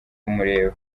kumureba